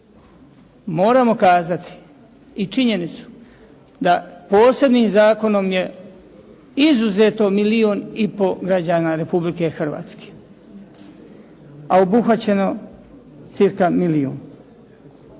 moramo kazati i činjenicu da posebnim zakonom je izuzeto milijun i pol građana Republike Hrvatske, a obuhvaćeno cca milijun.